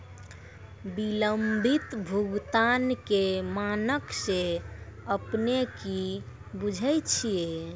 विलंबित भुगतान के मानक से अपने कि बुझै छिए?